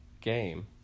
game